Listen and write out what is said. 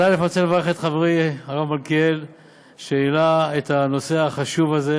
אז אני רוצה לברך את חברי הרב מלכיאלי על שהעלה את הנושא החשוב הזה,